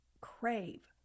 crave